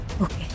Okay